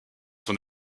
son